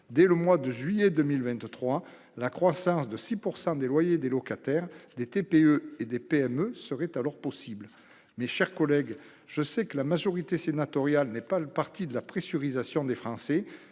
Dès le mois de juillet 2023, la croissance de 6 % des loyers des locataires, des TPE et des PME est possible. Mes chers collègues, je sais que la majorité sénatoriale n'est pas le parti de la pressurisation des Français.